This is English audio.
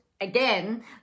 again